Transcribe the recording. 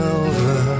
over